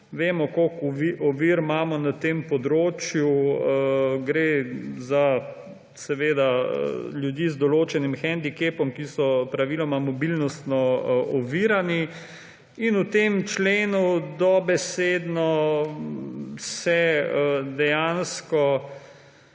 Vemo, koliko ovir imamo na tem področju, gre za ljudi z določenim hendikepom, ki so praviloma mobilnostno ovirani. In v tem členu dobesedno se pri